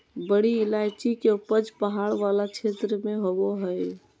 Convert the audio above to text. बड़ी इलायची के उपज पहाड़ वाला क्षेत्र में होबा हइ